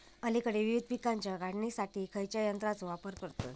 अलीकडे विविध पीकांच्या काढणीसाठी खयाच्या यंत्राचो वापर करतत?